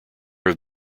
have